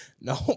no